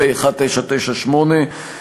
פ/1998/19,